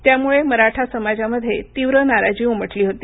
त्यामुळे मराठा समाजामध्ये तीव्र नाराजी उमटली होती